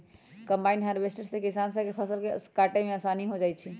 combine harvester से किसान स के फसल काटे में आसानी हो जाई छई